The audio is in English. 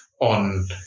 on